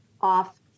Off